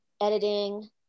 editing